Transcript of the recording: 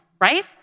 right